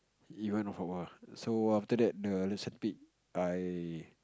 even for so after that the centipede I